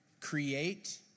create